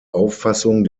auffassung